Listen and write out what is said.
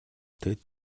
тэд